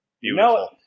Beautiful